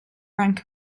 rank